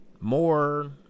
more